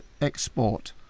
export